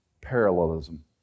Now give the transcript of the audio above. parallelism